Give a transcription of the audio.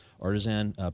Artisan